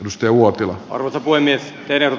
usti uotila tavoin etteivät